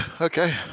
Okay